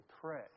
pray